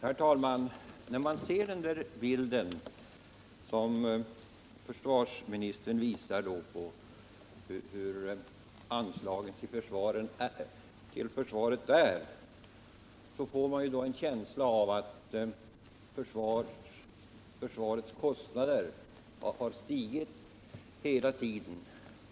Herr talman! När man ser den bild som försvarsministern visar över anslagen till försvaret får man en känsla av att försvarets kostnader stigit hela tiden.